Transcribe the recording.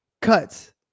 cuts